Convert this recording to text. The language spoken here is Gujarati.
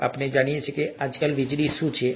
અને આપણે બધા જાણીએ છીએ કે આજકાલ વીજળી શું છે